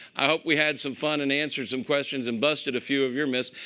i hope we had some fun and answered some questions and busted a few of your myths.